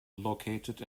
located